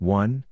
one